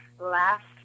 last